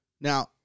now